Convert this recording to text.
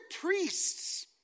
priests